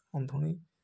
ଅନ୍ଧୁଣି